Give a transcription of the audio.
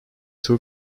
two